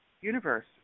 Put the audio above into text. Universe